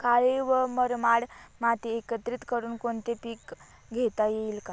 काळी व मुरमाड माती एकत्रित करुन कोणते पीक घेता येईल का?